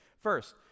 First